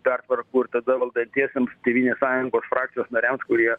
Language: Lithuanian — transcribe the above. pertvarkų ir tada valdantiesiems tėvynės sąjungos frakcijos nariams kurie